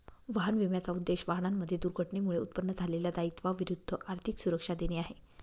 वाहन विम्याचा उद्देश, वाहनांमध्ये दुर्घटनेमुळे उत्पन्न झालेल्या दायित्वा विरुद्ध आर्थिक सुरक्षा देणे आहे